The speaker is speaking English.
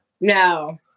No